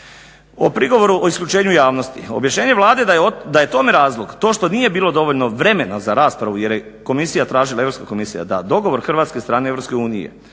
O prigovoru o isključenju javnosti objašnjenje Vlade je da je tome razlog to što nije dovoljno vremena za raspravu jer je Europska komisija tražila da dogovor hrvatske strane i